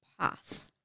path